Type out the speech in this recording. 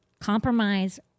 compromise